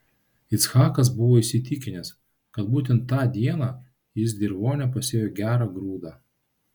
ichakas buvo įsitikinęs kad būtent tą dieną jis dirvone pasėjo gerą grūdą